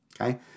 okay